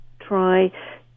try